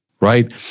right